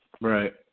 Right